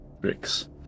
bricks